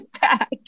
back